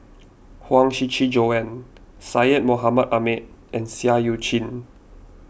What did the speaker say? Huang Shiqi Joan Syed Mohamed Ahmed and Seah Eu Chin